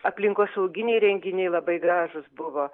aplinkosauginiai renginiai labai gražūs buvo